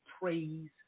praise